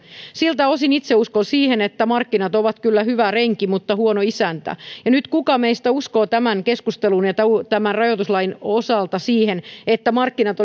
siltä osin itse uskon että markkinat ovat kyllä hyvä renki mutta huono isäntä kuka meistä nyt uskoo tämän keskustelun ja tämän rajoituslain osalta siihen että markkinat